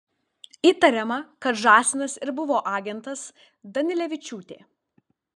įtariama kad žąsinas ir buvo agentas danilevičiūtė